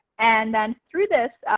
and then through this,